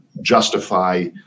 justify